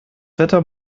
wetter